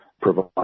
provide